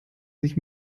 sich